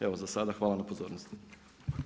Evo za sada hvala na pozornosti.